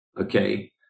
okay